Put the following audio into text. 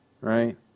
Right